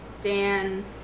Dan